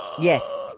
yes